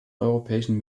europäischen